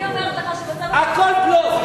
אני אומרת לך שמצב הבנות, הכול בלוף.